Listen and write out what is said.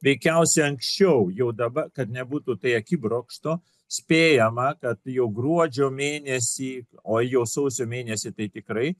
veikiausiai anksčiau jau daba kad nebūtų tai akibrokšto spėjama kad jau gruodžio mėnesį o jau sausio mėnesį tai tikrai